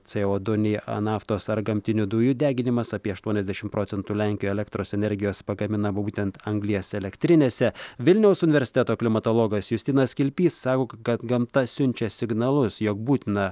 co du nei naftos ar gamtinių dujų deginimas apie aštuoniasdešimt procentų lenkija elektros energijos pagamina būtent anglies elektrinėse vilniaus universiteto klimatologas justinas kilpys sako kad gamta siunčia signalus jog būtina